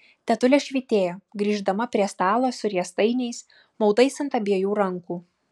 tetulė švytėjo grįždama prie stalo su riestainiais mautais ant abiejų rankų